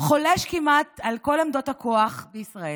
חולש כמעט על כל עמדות הכוח בישראל.